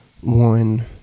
one